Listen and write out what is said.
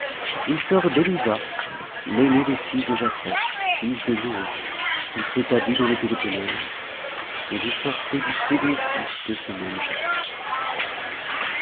il sort d'elisa l'aîné des fils de japhet fils de noé qui s'établit dans le péloponnèse et vous sortez du second fils de ce même